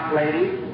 ladies